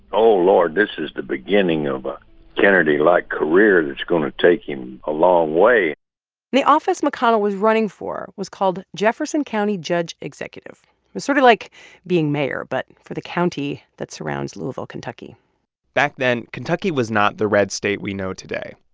oh, lord, this is the beginning of a kennedy-like career that's going to take him a long way the office mcconnell was running for was called jefferson county judge executive. it was sort of like being mayor but for the county that surrounds louisville, ky back then, kentucky was not the red state we know today.